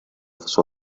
sua